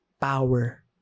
power